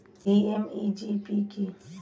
PMEGP কি?